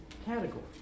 category